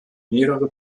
mehrere